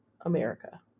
america